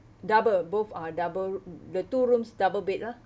double both are double the two rooms double bed lah